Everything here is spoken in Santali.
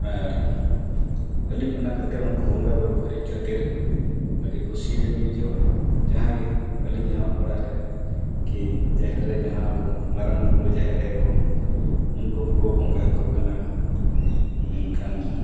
ᱟᱨ ᱟᱹᱞᱤᱧ ᱚᱱᱟ ᱠᱷᱟᱹᱛᱤᱨ ᱩᱱᱠᱩ ᱵᱚᱸᱜᱟ ᱵᱳᱨᱳ ᱯᱮᱨᱮᱡ ᱠᱟᱛᱮᱫ ᱟᱹᱰᱤ ᱠᱩᱥᱤ ᱞᱤᱧ ᱵᱩᱡᱷᱟᱹᱣᱟ ᱡᱟᱦᱟᱸᱭ ᱜᱮ ᱟᱹᱞᱤᱧ ᱦᱚᱸ ᱚᱲᱟᱜ ᱨᱮ ᱠᱤ ᱡᱟᱦᱟᱸ ᱨᱮ ᱟᱵᱚ ᱢᱟᱨᱟᱝ ᱵᱩᱨᱩ ᱡᱟᱦᱮᱨ ᱟᱹᱭᱩ ᱠᱚ ᱩᱱᱠᱩ ᱠᱚᱠᱚ ᱵᱚᱸᱜᱟ ᱟᱠᱚ ᱠᱟᱱᱟ ᱢᱮᱱᱠᱷᱟᱱ